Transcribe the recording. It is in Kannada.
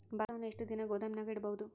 ಭತ್ತವನ್ನು ಎಷ್ಟು ದಿನ ಗೋದಾಮಿನಾಗ ಇಡಬಹುದು?